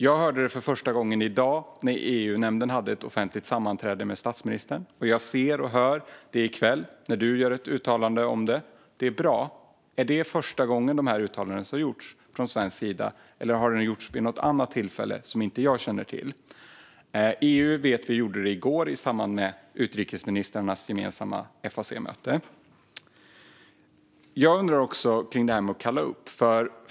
Jag hörde dem för första gången i dag på EU-nämndens öppna sammanträde med statsministern och i kväll i ditt uttalande, vilket är bra. Är det första gången dessa uttalanden har gjorts från svensk sida, eller har de gjorts vid något annat tillfälle som jag inte känner till? EU uttalade sig i går i samband med utrikesministrarnas gemensamma FAC-möte. Jag undrar också om detta med att kalla upp ambassadören.